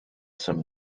some